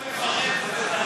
עדיף שתדבר על הספר שלו,